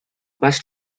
bus